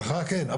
לך כן,